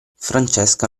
francesca